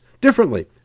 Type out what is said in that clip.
differently